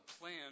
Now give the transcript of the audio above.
plan